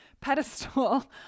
pedestal